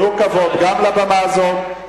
תנו כבוד לבמה הזאת.